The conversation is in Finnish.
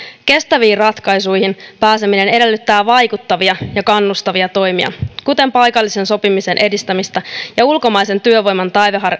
kestäviin ratkaisuihin pääseminen edellyttää vaikuttavia ja kannustavia toimia kuten paikallisen sopimisen edistämistä ja ulkomaisen työvoiman